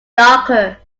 darker